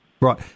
Right